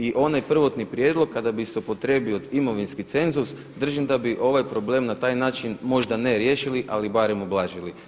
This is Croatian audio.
I onaj prvotni prijedlog kada bi se upotrijebio imovinski cenzus držim da bi ovaj problem na taj način možda ne riješili ali barem ublažili.